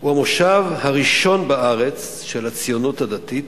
הוא המושב הראשון בארץ של הציונות הדתית,